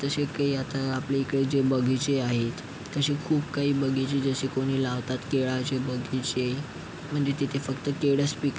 जसे के आता आपल्या इकडे जे बगीचे आहेत तसे खूप काही बगीचे जसे कोणी लावतात केळाचे बगीचे म्हणजे तिथे फक्त केळंच पिक